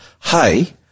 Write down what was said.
Hey